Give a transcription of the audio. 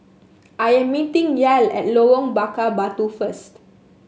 I am meeting Yael at Lorong Bakar Batu first